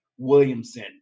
Williamson